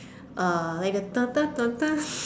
uh like a